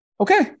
Okay